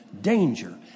danger